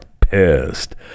pissed